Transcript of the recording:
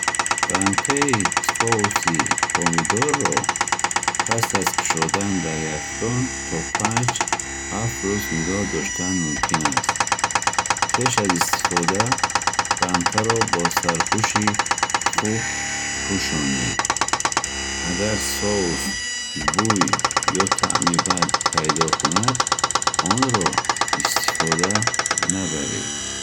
Банкаи соуси помидорро пас аз кушодан дар яхдон то панҷ ҳафт рӯз нигоҳ доштан мумкин аст. Пеш аз истифода, банкаро бо сарпӯши хуб пӯшонед. Агар соус бӯй ё таъми бад пайдо кунад, онро истифода набаред.